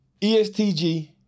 ESTG